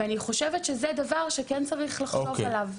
אני חושבת שזה דבר שכן צריך לחשוב עליו.